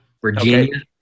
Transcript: Virginia